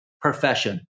profession